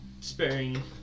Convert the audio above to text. sparing